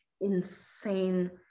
insane